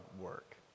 work